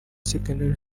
secondary